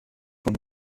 von